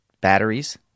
batteries